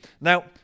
Now